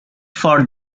for